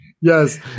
Yes